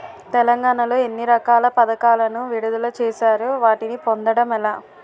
తెలంగాణ లో ఎన్ని రకాల పథకాలను విడుదల చేశారు? వాటిని పొందడం ఎలా?